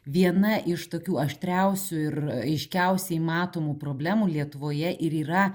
viena iš tokių aštriausių ir aiškiausiai matomų problemų lietuvoje ir yra